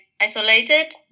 isolated